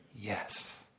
Yes